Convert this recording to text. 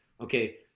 Okay